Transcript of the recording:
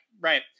right